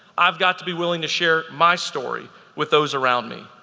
i've got to be willing to share my story with those around me.